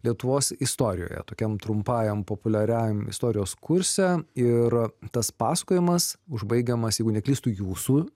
lietuvos istorijoje tokiam trumpajam populiariam istorijos kurse ir tas pasakojimas užbaigiamas jeigu neklystu jūsų